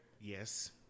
Yes